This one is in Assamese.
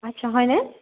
আচ্ছা হয়নে